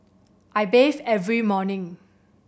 I bathe every morning